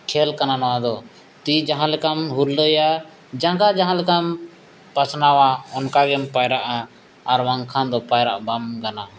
ᱠᱷᱮᱹᱞ ᱠᱟᱱᱟ ᱱᱚᱣᱟᱫᱚ ᱛᱤ ᱡᱟᱦᱟᱸ ᱞᱮᱠᱟᱢ ᱦᱩᱨᱞᱟᱹᱭᱟ ᱡᱟᱸᱜᱟ ᱡᱟᱦᱟᱸ ᱞᱮᱠᱟᱢ ᱯᱟᱥᱱᱟᱣᱟ ᱚᱱᱠᱟᱜᱮᱢ ᱯᱟᱭᱨᱟᱜᱼᱟ ᱟᱨ ᱵᱟᱠᱷᱟᱱ ᱫᱚ ᱯᱟᱭᱨᱟᱜ ᱵᱟᱢ ᱜᱟᱱᱟ